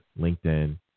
LinkedIn